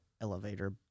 elevator